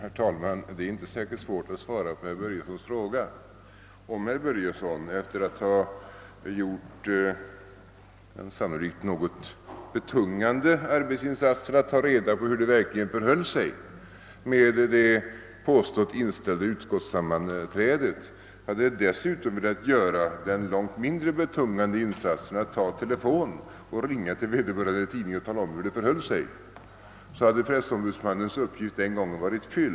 Herr talman! Det är inte särskilt svårt att svara på herr Börjessons i Falköping fråga. Om herr Börjesson, efter att ha gjort den sannolikt något betungande arbetsinsatsen att ta reda på hur det verkligen förhöll sig med påståendet att ett utskottssammanträde hade inställts, dessutom hade gjort den långt mindre betungande insatsen att ta telefonen och ringa till vederbörande tidning och tala om hur det förhöll sig så hade pressombudsmannens uppgift den gången varit fylld.